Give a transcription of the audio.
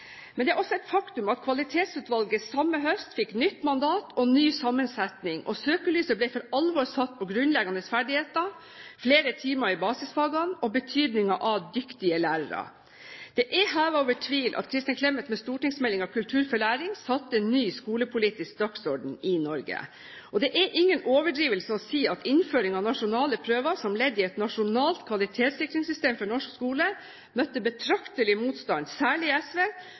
Men det er også et faktum at Kvalitetsutvalget samme høst fikk et nytt mandat og en ny sammensetning. Søkelyset ble for alvor satt på grunnleggende ferdigheter, flere timer i basisfagene og betydningen av dyktige lærere. Det er hevet over tvil at Kristin Clemet med stortingsmeldingen Kultur for læring satte en ny skolepolitisk dagsorden i Norge. Det er ingen overdrivelse å si at innføringen av nasjonale prøver som ledd i et nasjonalt kvalitetssikringssystem for norsk skole møtte betydelig motstand, særlig i SV,